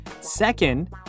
Second